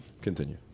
continue